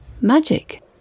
magic